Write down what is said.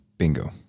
bingo